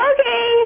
Okay